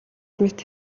мэт